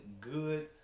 good